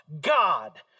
God